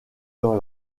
dans